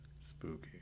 spooky